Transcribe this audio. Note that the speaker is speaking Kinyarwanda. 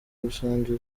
rusange